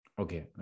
Okay